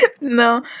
No